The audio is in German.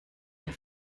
ihr